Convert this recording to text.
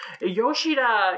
Yoshida